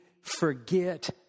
forget